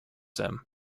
him